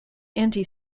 anti